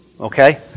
Okay